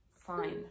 Fine